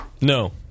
No